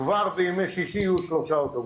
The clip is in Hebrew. כבר בימי ששי יהיו שלושה אוטובוסים.